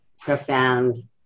profound